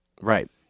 Right